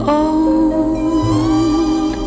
old